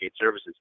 Services